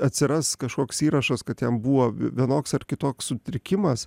atsiras kažkoks įrašas kad jam buvo vienoks ar kitoks sutrikimas